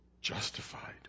justified